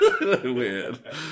Weird